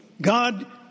God